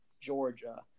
Georgia